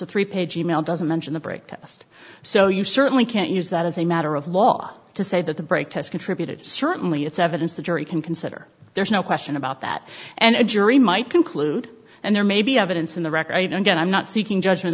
a three page e mail doesn't mention the break just so you certainly can't use that as a matter of law to say that the break test contributed certainly it's evidence the jury can consider there's no question about that and a jury might conclude and there may be evidence in the record i don't get i'm not seeking judgment